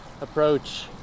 approach